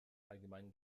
allgemeinen